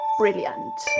brilliant